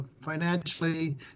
financially